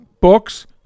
books